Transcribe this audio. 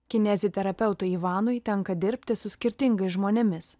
kineziterapeutui ivanui tenka dirbti su skirtingais žmonėmis